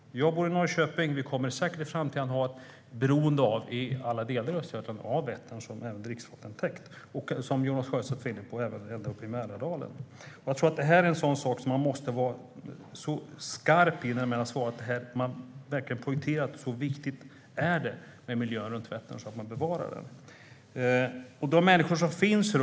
Jag bor i Norrköping, och alla delar av Östergötland kommer säkert att i framtiden vara beroende av Vättern som en dricksvattentäkt, och det kan även gälla Mälardalen. Här måste man vara skarp när man poängterar hur viktig miljön runt Vättern är och att den ska bevaras.